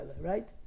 right